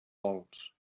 vols